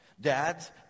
Dads